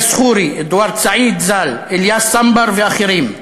אליאס ח'ורי, אדוארד סעיד ז"ל, אליאס סנבר ואחרים.